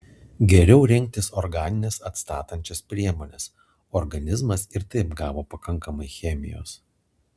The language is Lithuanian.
geriau rinktis organines atstatančias priemones organizmas ir taip gavo pakankamai chemijos